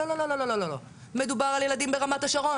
לא, לא, מדובר על ילדים ברמת-השרון,